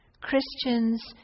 Christians